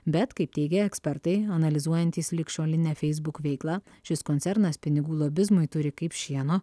bet kaip teigia ekspertai analizuojantys ligšiolinę facebook veiklą šis koncernas pinigų lobizmui turi kaip šieno